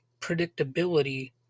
predictability